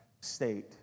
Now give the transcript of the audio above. state